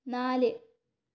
നാല്